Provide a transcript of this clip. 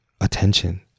attention